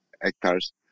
hectares